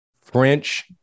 French